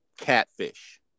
Catfish